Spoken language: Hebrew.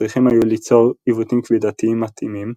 צריכים היו ליצור עיוותים כבידתיים מתאימים,